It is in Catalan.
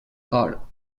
cor